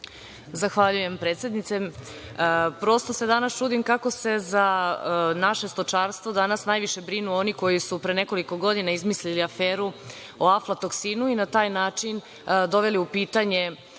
Zahvaljuje, predsednice. Prosto se danas čudim kako se za naše stočarstvo danas najviše brinu oni koji su pre nekoliko godina izmislili aferu o aflatoksinu i na taj način doveli u pitanje